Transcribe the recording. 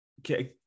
okay